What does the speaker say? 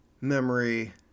memory